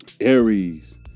Aries